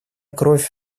кровь